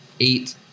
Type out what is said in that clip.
eight